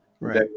Right